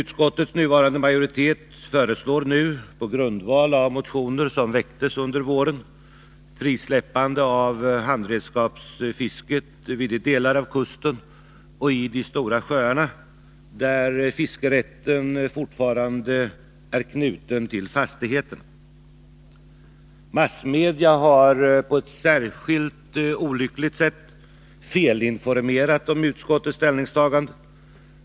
Utskottets nuvarande majoritet föreslår, på grundval av motioner som väcktes under våren, ett frisläppande av handredskapsfisket vid de delar av kusten och i de stora sjöarna där fiskerätten fortfarande är knuten till fastigheterna. Massmedia har på ett särskilt olyckligt sätt felinformerat om utskottets ställningstagande.